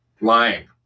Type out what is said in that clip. lying